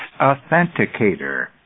authenticator